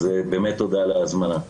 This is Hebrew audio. אז באמת תודה על ההזמנה.